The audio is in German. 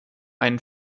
einen